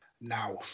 Now